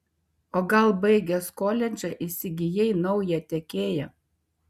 o gal baigęs koledžą įsigijai naują tiekėją